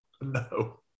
No